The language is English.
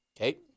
Okay